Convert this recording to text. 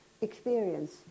experience